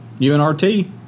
UNRT